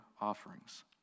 offerings